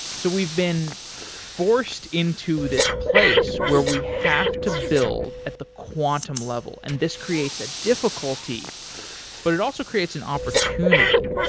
so we've been forced into this place where we have to build at the quantum level and this creates a difficulty but it also creates an opportunity.